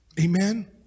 Amen